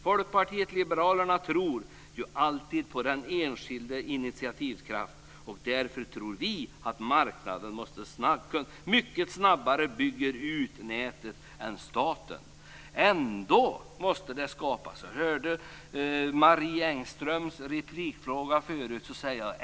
Folkpartiet liberalerna tror ju alltid på den enskildes initiativkraft, och därför tror vi att marknaden mycket snabbare än staten bygger ut nätet. Jag hörde Marie Engströms fråga tidigare.